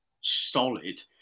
solid